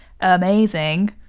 amazing